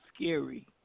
scary